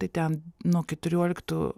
tai ten nuo keturioliktų